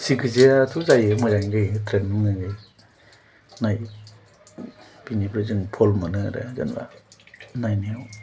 सिकित्सायाथ' जायो मोजाङै जायो ट्रिटमेन्ट मोजां जायो नायो बेनिफ्राय जों फल मोनो आरो जेनेबा नायनायाव